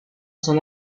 son